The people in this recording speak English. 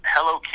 Hello